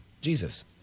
Jesus